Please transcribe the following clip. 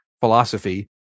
philosophy